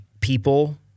people